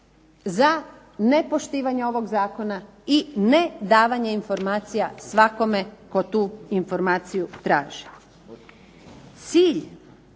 za nepoštivanje ovoga zakona i ne davanja informacija svakome tko tu informaciju traži.